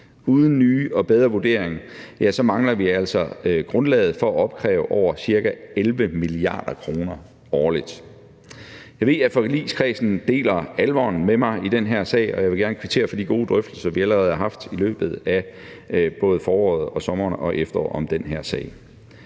en ny og bedre vurdering mangler vi altså grundlaget for at opkræve over ca. 11 mia. kr. årligt. Jeg ved, at forligskredsen deler alvoren med mig i den her sag, og jeg vil gerne kvittere for de gode drøftelser, vi allerede har haft i løbet af både foråret og sommeren og efteråret om den her sag.